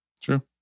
True